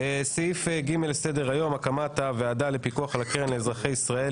סעיף ג' לסדר-היום: הקמת הוועדה לפיקוח על הקרן לאזרחי ישראל,